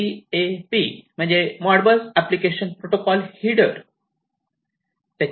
MBAP म्हणजे Modbus application protocol header